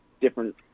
different